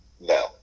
No